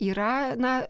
yra na